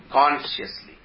consciously